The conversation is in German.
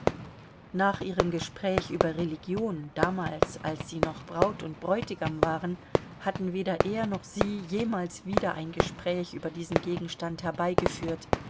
nach ihrem gespräch über religion damals als sie noch braut und bräutigam waren hatten weder er noch sie jemals wieder ein gespräch über diesen gegenstand herbeigeführt